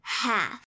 half